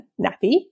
nappy